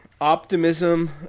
Optimism